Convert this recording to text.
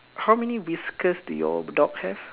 how many whiskers do your dog have